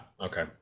Okay